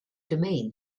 domain